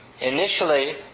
Initially